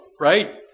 right